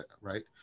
right